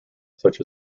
such